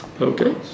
Okay